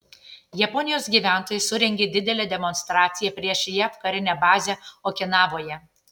japonijos gyventojai surengė didelę demonstraciją prieš jav karinę bazę okinavoje